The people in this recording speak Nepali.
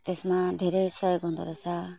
त्यसमा धेरै सहयोग हुँदो रहेछ